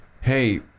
hey